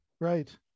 right